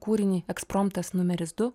kūrinį ekspromtas numeris du